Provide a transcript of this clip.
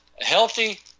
healthy